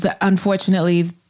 unfortunately